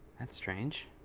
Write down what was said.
that's strange.